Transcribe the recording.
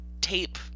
tape